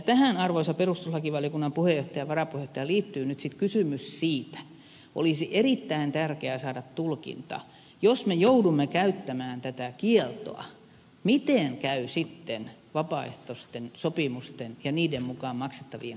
tähän arvoisat perustuslakivaliokunnan puheenjohtaja ja varapuheenjohtaja liittyy nyt kysymys siitä että olisi erittäin tärkeä saada tulkinta siitä että jos me joudumme käyttämään tätä kieltoa miten käy sitten vapaaehtoisten sopimusten ja niiden mukaan maksettavien korvausten